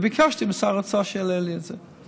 ביקשתי משר האוצר שיעלה לי את זה.